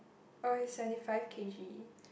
oh he's seventy five K_G